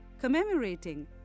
Commemorating